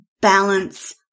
balance